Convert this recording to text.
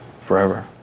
forever